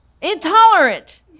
Intolerant